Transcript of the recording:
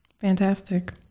Fantastic